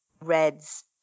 reds